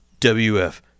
WF